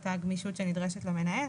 אותה גמישות שנדרשת למנהל